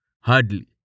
Hardly